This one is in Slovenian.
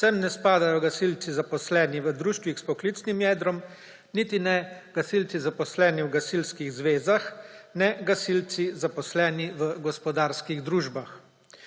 Sem ne spadajo gasilci, zaposleni v društvih s poklicnim jedrom, niti ne gasilci, zaposleni v gasilskih zvezah, ne gasilci, zaposleni v gospodarskih družbah.